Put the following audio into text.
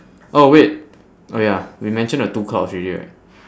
oh wait oh ya we mentioned the two clouds already right